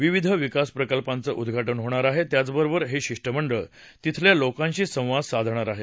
विविध विकास प्रकल्पांचं उद्घाटन होणार आहे त्याचबरोबर हे शिष्टमंडळ तिथल्या लोकांशी संवाद साधणार आहे